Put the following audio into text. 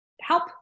help